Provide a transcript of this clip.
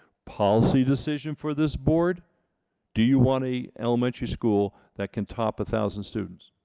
policy decision for this board do you want a elementary school that can top a thousand students?